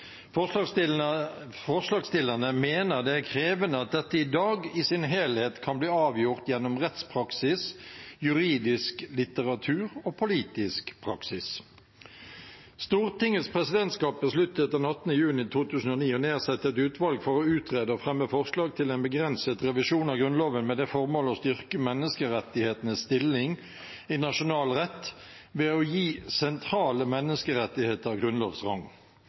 Forslagsstillerne mener det er krevende at dette i dag i sin helhet kan bli avgjort gjennom rettspraksis, juridisk litteratur og politisk praksis. Stortingets presidentskap besluttet den 18. juni 2009 å nedsette et utvalg for å utrede og fremme forslag til en begrenset revisjon av Grunnloven med det formål å styrke menneskerettighetenes stilling i nasjonal rett ved å gi sentrale menneskerettigheter